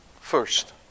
first